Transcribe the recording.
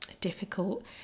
difficult